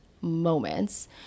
moments